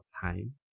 time